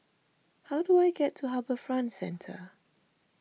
how do I get to HarbourFront Centre